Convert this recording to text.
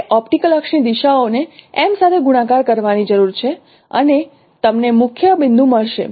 અમારે ઓપ્ટિકલ અક્ષની દિશાઓને M સાથે ગુણાકાર કરવાની જરૂર છે અને તમને મુખ્ય બિંદુ મળશે